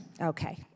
Okay